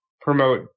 promote